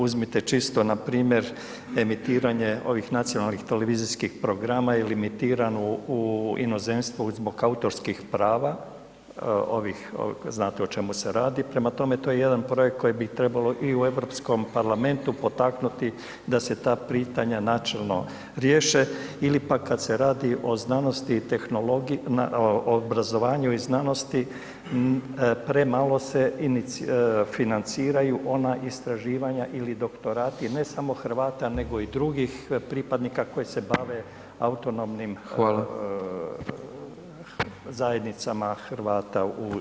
Uzmite čisto npr. emitiranje ovih nacionalnih televizijskih programa je limitiran u inozemstvu zbog autorskih prava, ovih znate o čemu se radi, prema tome to je jedan projekt koje bi trebalo i u Europskom parlamentu potaknuti da se ta pitanja načelno riješe ili pak kad se radi o znanosti i tehnologiji, obrazovanju i znanosti premalo se financiraju ona istraživanja ili doktorati, ne samo Hrvata nego i drugih pripadnika koji se bave autonomnim [[Upadica: Hvala.]] zajednicama Hrvata u inozemstvu.